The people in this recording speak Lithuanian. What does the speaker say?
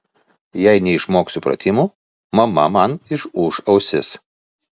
jei neišmoksiu pratimų mama man išūš ausis